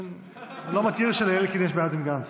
לא מכיר שלאלקין יש בעיות עם גנץ.